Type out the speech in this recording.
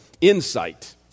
insight